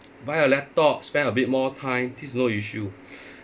buy a laptop spend a bit more time it's no issue